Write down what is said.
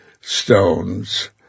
stones